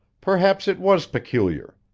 perhaps it was peculiar.